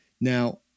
Now